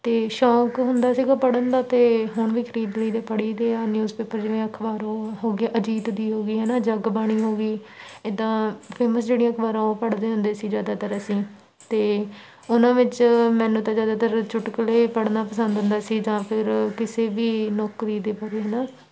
ਅਤੇ ਸ਼ੌਕ ਹੁੰਦਾ ਸੀਗਾ ਪੜ੍ਹਨ ਦਾ ਅਤੇ ਹੁਣ ਵੀ ਖਰੀਦ ਲਈ ਦੇ ਪੜ੍ਹੀ ਦੇ ਆ ਨਿਊਜ਼ ਪੇਪਰ ਜਿਵੇਂ ਅਖਬਾਰ ਉਹ ਹੋ ਗਿਆ ਅਜੀਤ ਦੀ ਹੋ ਗਈ ਹੈ ਨਾ ਜਗ ਬਾਣੀ ਹੋ ਗਈ ਇੱਦਾਂ ਫੇਮਸ ਜਿਹੜੀਆਂ ਅਖਬਾਰਾਂ ਉਹ ਪੜ੍ਹਦੇ ਹੁੰਦੇ ਸੀ ਜ਼ਿਆਦਾਤਰ ਅਸੀਂ ਅਤੇ ਉਹਨਾਂ ਵਿੱਚ ਮੈਨੂੰ ਤਾਂ ਜ਼ਿਆਦਾਤਰ ਚੁਟਕਲੇ ਪੜ੍ਹਨਾ ਪਸੰਦ ਹੁੰਦਾ ਸੀ ਜਾਂ ਫਿਰ ਕਿਸੇ ਵੀ ਨੌਕਰੀ ਦੇ ਬਾਰੇ ਹੈ ਨਾ